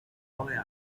boy